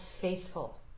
faithful